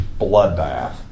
bloodbath